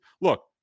look